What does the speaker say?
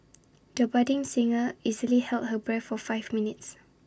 the budding singer easily held her breath for five minutes